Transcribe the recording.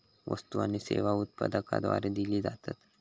वस्तु आणि सेवा उत्पादकाद्वारे दिले जातत